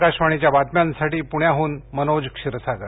आकाशवाणीच्या बातम्यांसाठी पुण्याहून मनोज क्षीरसागर